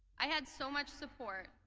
i had so much support,